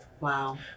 Wow